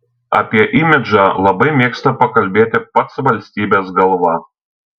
apie imidžą labai mėgsta pakalbėti pats valstybės galva